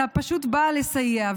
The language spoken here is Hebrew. אלא פשוט באה לסייע.